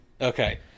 Okay